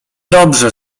dobrze